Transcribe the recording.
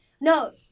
No